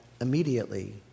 immediately